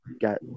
got